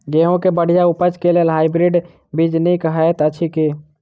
गेंहूँ केँ बढ़िया उपज केँ लेल हाइब्रिड बीज नीक हएत अछि की?